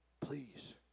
please